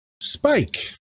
spike